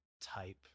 type